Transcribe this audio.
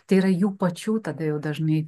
tai yra jų pačių tada jau dažnai